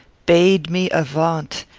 bade me avaunt!